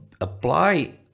apply